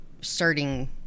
starting